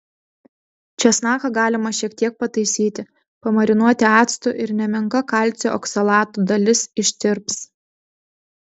česnaką galima šiek tiek pataisyti pamarinuoti actu ir nemenka kalcio oksalato dalis ištirps